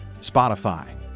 Spotify